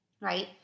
right